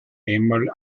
einmal